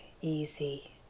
easy